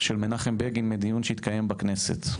דווקא של מנחם בגין מדיון שהתקיים בכנסת: